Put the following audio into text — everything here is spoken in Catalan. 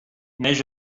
neix